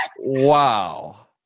Wow